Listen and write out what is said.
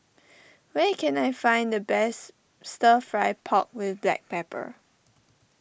where can I find the best Stir Fry Pork with Black Pepper